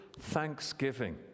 thanksgiving